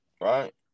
Right